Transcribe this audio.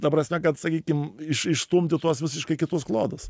ta prasme kad sakykim iš išstumti tuos visiškai kitus klodus